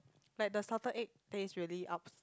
but the salted egg there is really ups